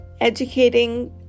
Educating